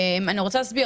אני רוצה להסביר,